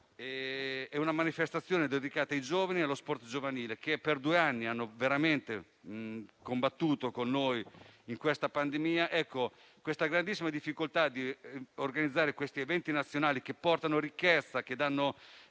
di una manifestazione dedicata allo sport giovanile, ai giovani, che per due anni hanno veramente combattuto con noi in questa pandemia. C'è una grandissima difficoltà ad organizzare questi eventi nazionali che portano ricchezza e danno